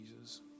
Jesus